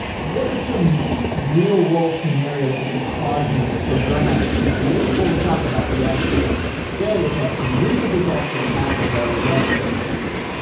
what are some real-world scenarios that could cause me to run out of cpu? before we talk about the actual failure testing, when could this actually happen where i would run out of cpu?